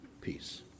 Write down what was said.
Peace